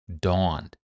dawned